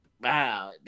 Wow